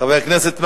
חבר הכנסת מקלב,